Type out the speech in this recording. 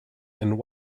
and